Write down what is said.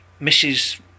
Mrs